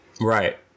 Right